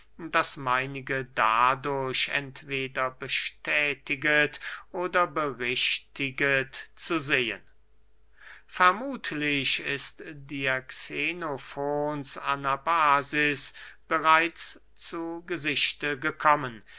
das meinige dadurch entweder bestätiget oder berichtiget zu sehen vermuthlich ist dir xenofons anabasis bereits zu gesichte gekommen